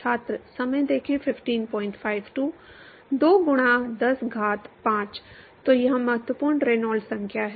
2 गुणा 10 घात 5 तो यह महत्वपूर्ण रेनॉल्ड्स संख्या है